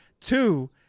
Two